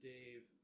Dave